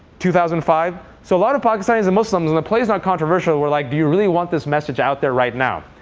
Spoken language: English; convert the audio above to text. two thousand and five? so a lot of pakistanis and muslims and the play's not controversial were like do you really want this message out there right now?